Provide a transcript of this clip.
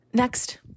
Next